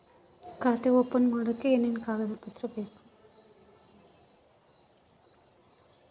ಖಾತೆ ಓಪನ್ ಮಾಡಕ್ಕೆ ಏನೇನು ಕಾಗದ ಪತ್ರ ಬೇಕು?